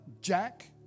Jack